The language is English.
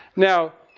now,